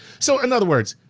so, in other words.